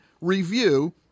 review